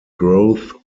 growth